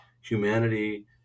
humanity